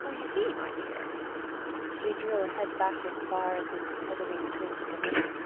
for you see, my dear she drew her head back as far as its tethering chins permitted,